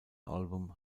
album